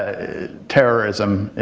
ah terrorism,